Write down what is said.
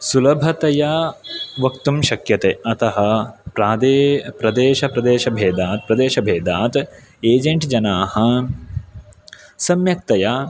सुलभतया वक्तुं शक्यते अतः प्रादे प्रदेशप्रदेशभेदात् प्रदेशभेदात् एजेण्ट्जनाः सम्यक्तया